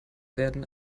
werden